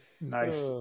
Nice